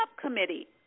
committee